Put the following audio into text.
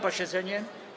posiedzenie.